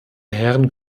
herren